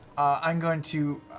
i'm going to,